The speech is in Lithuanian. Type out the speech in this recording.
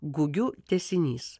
gugiu tęsinys